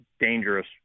dangerous